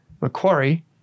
Macquarie